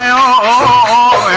o